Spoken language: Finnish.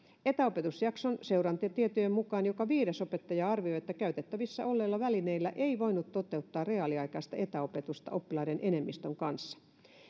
etäopetusjakson seurantatietojen mukaan joka viides opettaja arvioi että käytettävissä olleilla välineillä ei voinut toteuttaa reaaliaikaista etäopetusta oppilaiden enemmistön kanssa